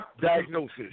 diagnosis